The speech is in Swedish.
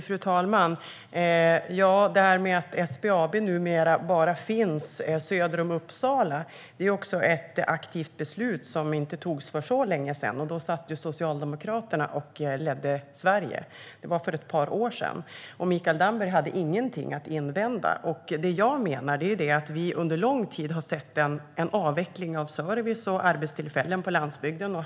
Fru talman! Att SBAB numera bara finns söder om Uppsala är också ett aktivt beslut som togs för inte så länge sedan, och då ledde Socialdemokraterna Sverige. Det var för ett par år sedan, och Mikael Damberg hade då ingenting att invända. Det jag menar är att vi under en lång tid har sett en avveckling av service och arbetstillfällen på landsbygden.